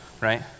right